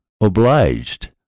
obliged